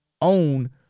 own